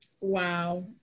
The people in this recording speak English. Wow